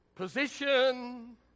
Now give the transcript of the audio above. Position